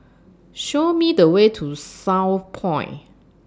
Show Me The Way to Southpoint